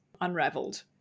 unraveled